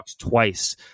twice